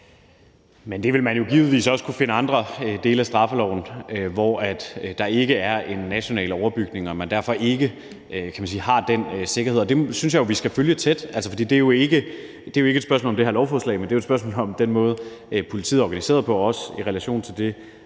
Men der vil givetvis også kunne findes andre dele af straffeloven, hvor der ikke er en national overbygning, og hvor man derfor ikke har den sikkerhed. Det synes jeg at vi skal følge tæt. Det er jo ikke et spørgsmål om det her lovforslag, men det er et spørgsmål om den måde, politiet er organiseret på – også set i relation til det